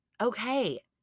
Okay